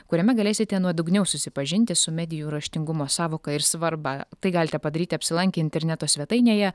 kuriame galėsite nuodugniau susipažinti su medijų raštingumo sąvoka ir svarba tai galite padaryti apsilankę interneto svetainėje